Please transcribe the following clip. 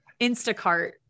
Instacart